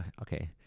okay